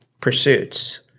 pursuits